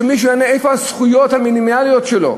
שמישהו יענה איפה הזכויות המינימליות שלו.